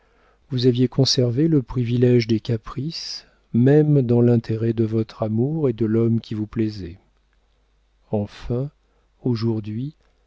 vous aviez conservé le privilége des caprices même dans l'intérêt de votre amour et de l'homme qui vous plaisait enfin aujourd'hui